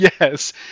Yes